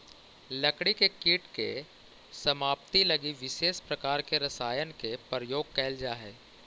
लकड़ी के कीट के समाप्ति लगी विशेष प्रकार के रसायन के प्रयोग कैल जा हइ